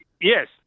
Yes